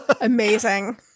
Amazing